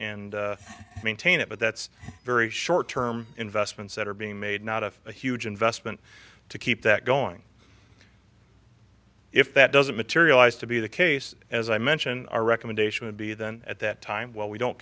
maintain it but that's a very short term investments that are being made not a huge investment to keep that going if that doesn't materialize to be the case as i mention our recommendation would be then at that time well we don't